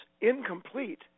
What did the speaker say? incomplete